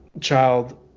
child